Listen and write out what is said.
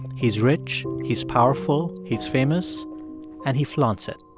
he's rich, he's powerful, he's famous and he flaunts it.